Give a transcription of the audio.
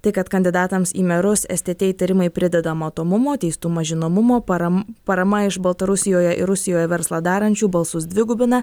tai kad kandidatams į merus stt įtarimai prideda matomumo teistumas žinomumo parama parama iš baltarusijoje ir rusijoje verslą darančių balsus dvigubina